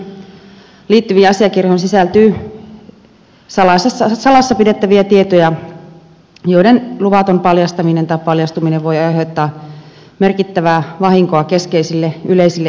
kansainväliseen yhteistyöhön liittyviin asiakirjoihin sisältyy salassa pidettäviä tietoja joiden luvaton paljastaminen tai paljastuminen voi aiheuttaa merkittävää vahinkoa keskeisille yleisille eduille